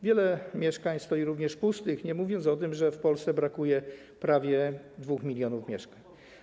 Wiele mieszkań stoi pustych, nie mówiąc o tym, że w Polsce brakuje prawie 2 mln mieszkań.